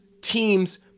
teams